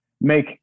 make